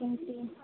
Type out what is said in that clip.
କେମିତି